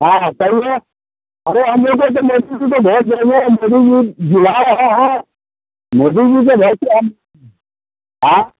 हाँ कहिए अरे हम लोग तो मोदी जी को वोट देंगे मोदी जी बुला रहे हैं मोदी जी की वजह से हम हाँ